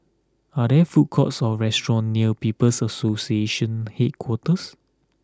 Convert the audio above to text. are there food courts or restaurants near People's Association Headquarters